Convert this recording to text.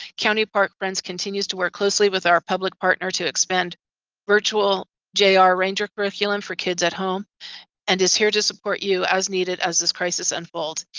county park brands continues to work closely with our public partner to expand virtual jr ranger curriculum for kids at home and is here to support you as needed as this crisis unfolds.